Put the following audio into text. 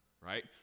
right